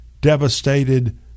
devastated